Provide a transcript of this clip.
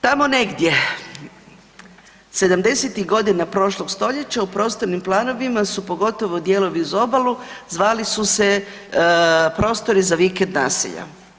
Tamo negdje '70.-tih godina prošlog stoljeća u prostornim planovima su pogotovo dijelovi uz obalu zvali su se „prostori za vikend naselja“